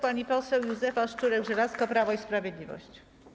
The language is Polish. Pani poseł Józefa Szczurek-Żelazko, Prawo i Sprawiedliwość.